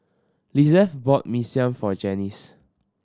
Lizeth bought Mee Siam for Janis